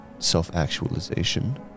self-actualization